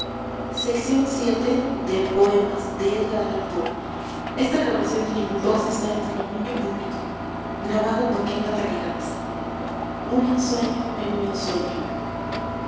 violetas un ensueño en un ensueño